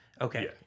Okay